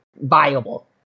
viable